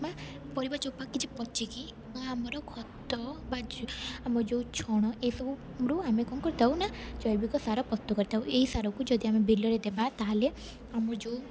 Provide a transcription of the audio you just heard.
ବା ପରିବା ଚୋପା କିଛି ପଚିକି ବା ଆମର ଖତ ବା ଆମ ଯେଉଁ ଛଣ ଏସବୁରୁ ଆମେ କ'ଣ କରିଥାଉ ନା ଜୈବିକ ସାର ପ୍ରସ୍ତୁତ କରିଥାଉ ଏହି ସାରକୁ ଯଦି ଆମେ ବିଲରେ ଦେବା ତା'ହେଲେ ଆମର ଯେଉଁ